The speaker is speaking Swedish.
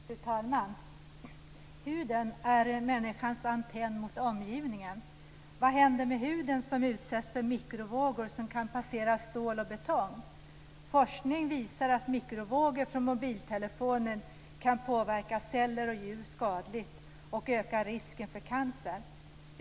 Fru talman! "Huden är människans antenn mot omgivningen. Vad händer med huden som utsätts för mikrovågor som kan passera stål och betong? Forskning visar att mikrovågor från mobiltelefoner kan påverka celler och djur skadligt och öka risken för cancer.